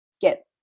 get